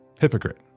Hypocrite